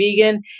Vegan